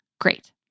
Great